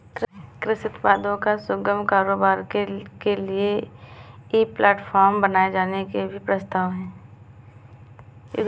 कृषि उत्पादों का सुगम कारोबार के लिए एक ई प्लेटफॉर्म बनाए जाने का भी प्रस्ताव है